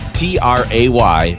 tray